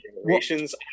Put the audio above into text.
Generations